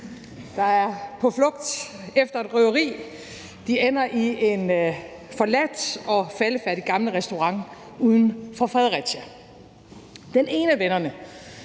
der er på flugt efter et røveri. De ender i en forladt og faldefærdig gammel restaurant uden for Fredericia. Den ene af vennerne,